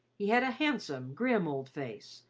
he had a handsome, grim old face,